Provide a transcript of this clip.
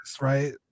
right